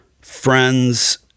friends